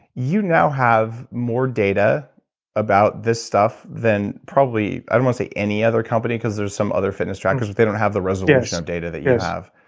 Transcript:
you now have more data about this stuff than probably i don't want to say any other company, because there's some other fitness trackers, but they don't have the resolution of data that you have.